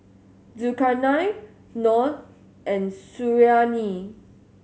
Zulkarnain Noh and Suriani